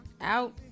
out